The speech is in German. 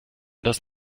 das